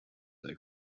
their